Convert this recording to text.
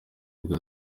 bwa